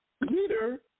leader